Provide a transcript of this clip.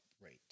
rate